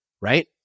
right